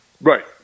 Right